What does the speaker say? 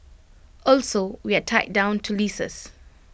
also we are tied down to leases